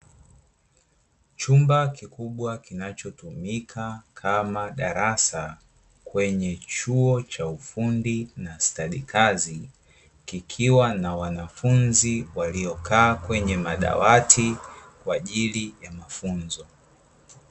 Chumba kikubwa kinachotumika kama darasa kwenye chuo cha ufundi na stadi kazi, kikiwa na wanafunzi waliokaa kwenye madawati, kwa ajili ya mafunzo.